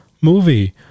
movie